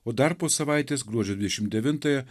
o dar po savaitės gruodžio dvidešimt devintąją